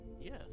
Yes